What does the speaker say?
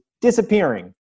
disappearing